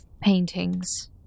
paintings